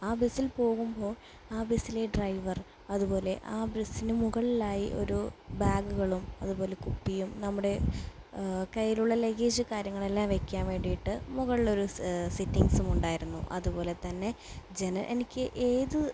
ആ ബസ്സിൽ പോകുമ്പോൾ ആ ബസ്സിലെ ഡ്രൈവർ അതുപോലെ ആ ബസ്സിന് മുകളിലായി ഒരു ബാഗ്ഗുകളും അതുപോലെ കുപ്പിയും നമ്മുടെ കയ്യിലുള്ള ലഗ്ഗേജ് കാര്യങ്ങളെല്ലാം വെക്കാൻ വേണ്ടിയിട്ട് മുകളിലൊരു സെറ്റിംഗ്സും ഉണ്ടായിരുന്നു അതുപോലെത്തന്നെ എനിക്ക് ഏത്